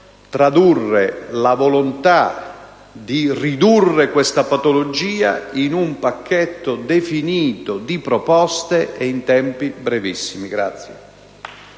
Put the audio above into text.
tradurre la volontà di ridurre questa patologia mediante un pacchetto definito di proposte, e in tempi brevissimi.